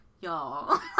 y'all